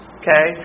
okay